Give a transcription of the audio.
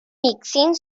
mixing